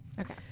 Okay